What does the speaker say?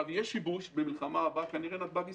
אם יש שיבוש, במלחמה הבאה כנראה נתב"ג ייסגר.